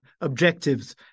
objectives